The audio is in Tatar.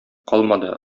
калмады